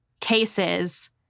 cases